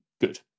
good